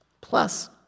Plus